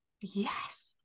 Yes